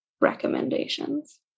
recommendations